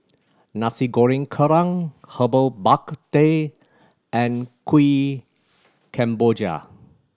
Nasi Goreng Kerang Herbal Bak Ku Teh and Kuih Kemboja